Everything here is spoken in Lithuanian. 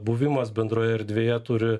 buvimas bendroje erdvėje turi